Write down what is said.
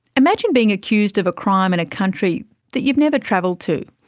imagine being accused of a crime in a country that you've never travelled to.